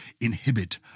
inhibit